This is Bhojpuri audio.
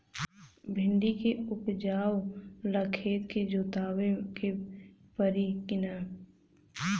भिंदी के उपजाव ला खेत के जोतावे के परी कि ना?